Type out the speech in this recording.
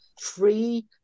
free